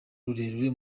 rurerure